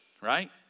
right